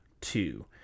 two